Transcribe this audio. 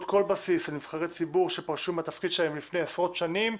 כל בסיס לנבחרי ציבור שפרשו מהתפקיד שלהם לפני עשרות שנים.